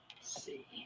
See